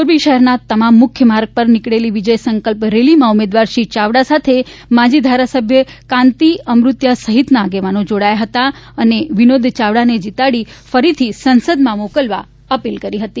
મોરબી શહેરના તમામ મુખ્યમાર્ગ ઉપર નીકળેલી વિજય સંકલ્પ રેલીમાં ઉમેદવાર શ્રી ચાવડા સાથે માજી ધારાસભ્ય કાંતિ અમૃતિયા સહિતના આગેવાનો જોડાયા હતા અને વિનોદ ચાવડાને જીતાડી ફરીથી સંસદમાં મોકલવા અપીલ કરી હતી